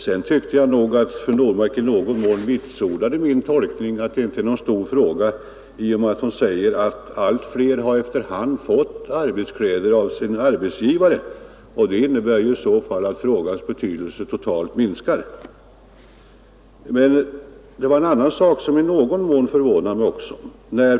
Jag tyckte emellertid att fru Normark i någon mån vitsordade mitt uttalande att det inte är någon stor fråga, eftersom hon sade att allt fler efter hand har fått arbetskläder av sina arbetsgivare; det innebär i så fall att frågans totala betydelse minskar. Det var också en annan sak som förvånade mig något.